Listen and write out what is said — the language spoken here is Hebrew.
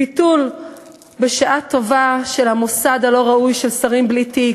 ביטול בשעה טובה של המוסד הלא-ראוי של שרים בלי תיק,